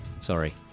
sorry